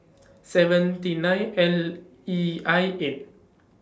seventy nine L E I eight